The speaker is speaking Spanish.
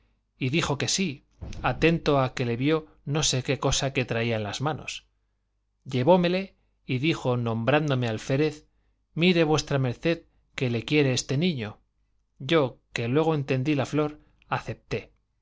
y dijo que sí atento a que le vio no sé qué cosa que traía en las manos llevómele y dijo nombrándome alférez mire v md qué le quiere este niño yo que luego entendí la flor acepté